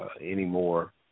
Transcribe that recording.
anymore